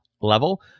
level